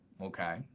Okay